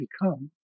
become